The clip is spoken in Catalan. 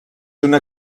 una